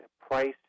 price